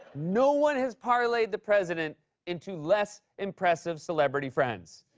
no one has parlayed the president into less impressive celebrity friends.